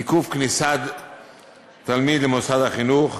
עיכוב כניסת תלמיד למוסד החינוך,